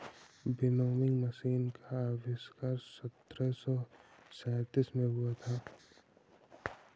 winnowing machine का आविष्कार सत्रह सौ सैंतीस में हुआ था